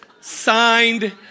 Signed